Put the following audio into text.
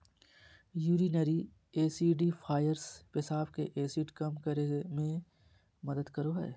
urinary acidifiers पेशाब के acid कम करे मे मदद करो हय